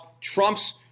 Trump's